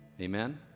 amen